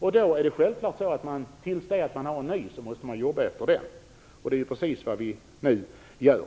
Till dess man har en ny måste man självfallet jobba efter den. Det är precis vad vi nu gör.